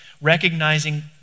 recognizing